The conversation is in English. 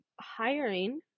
hiring